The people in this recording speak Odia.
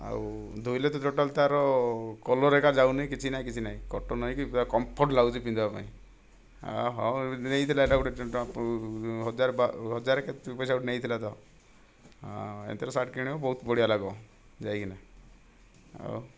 ଆଉ ଧୋଇଲେ ତ ଟୋଟାଲ ତା'ର କଲର୍ ଏକା ଯାଉନି କିଛି ନାହିଁ କିଛି ନାହିଁ କଟନ୍ ହେଇକି ପୁରା କମ୍ଫର୍ଟ ଲାଗୁଛି ପିନ୍ଧିବାପାଇଁ ୟା ହେଉ ନେଇଥିଲା ଏହିଟା ଗୋଟିଏ ହଜାର ହଜାର କେତେ ପଇସା ଗୋଟିଏ ନେଇଥିଲା ତ ହଁ ଏମିତିର ସାର୍ଟ କିଣିବ ବହୁତ ବଢ଼ିଆ ଲାଗିବ ଯାଇକି ନା ଆଉ